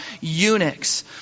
eunuchs